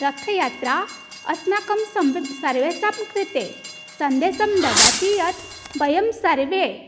रथयात्रा अस्माकं सम्ब् सर्वेषां कृते सन्देशं ददाति यत् वयं सर्वे